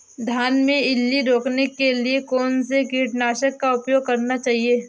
धान में इल्ली रोकने के लिए कौनसे कीटनाशक का प्रयोग करना चाहिए?